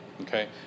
Okay